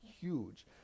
huge